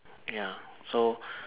ya so